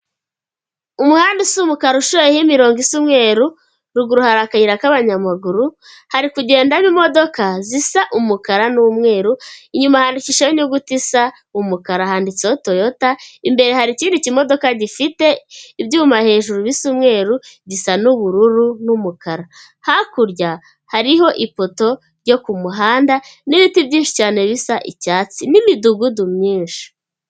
Umuhanda usa umukara ushoyeho imirongo isa umweru, ruguru hari akayira k'abanyamaguru, hari kugendamo imodoka zisa umukara n'umweru, inyuma handikishijeho inyuguti isa umukara, handitseho toyota, imbere hari ikindi kimodoka gifite ibyuma hejuru bisa umweru, gisa n'ubururu n'umukara, hakurya hariho ipoto ryo ku muhanda, n'ibiti byinshi cyane bisa icyatsi, n'imidugudu myinshi.